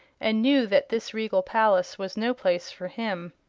and knew that this regal palace was no place for him.